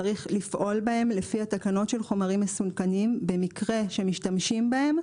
צריך לפעול בהם לפי התקנות של חומרים מסוכנים במקרה שמשתמשים בהם.